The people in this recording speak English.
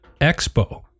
Expo